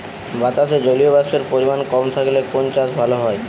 বাতাসে জলীয়বাষ্পের পরিমাণ কম থাকলে কোন চাষ ভালো হয়?